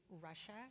Russia